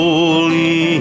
Holy